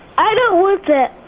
i don't want that.